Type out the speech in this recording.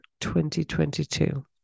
2022